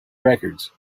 records